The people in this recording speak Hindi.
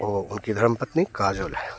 वो उनकी धर्मपत्नी काजोल है